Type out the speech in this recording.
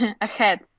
ahead